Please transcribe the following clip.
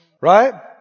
Right